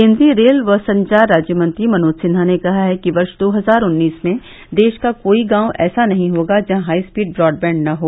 केन्द्रीय रेल व संचार राज्य मंत्री मनोज सिन्हा ने कहा है कि वर्ष दो हजार उन्नीस में देश का कोई गांव ऐसा नहीं होगा जहां हाई स्पीड ब्रॉडबैंड न हो